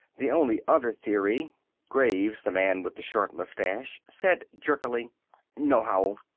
the only other theory graves, the man with the short moustache, said jerkily no, howell!